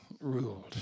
ruled